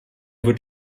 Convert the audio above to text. wird